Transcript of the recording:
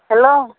hello